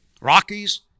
Rockies